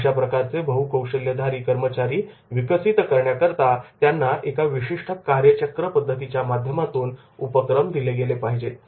अशा प्रकारचे बहुकौशल्यधारक कर्मचारी विकसित करण्याकरता त्यांना एका विशिष्ट कार्यचक्र पद्धतीच्यामाध्यमातून उपक्रम दिले गेले पाहिजेत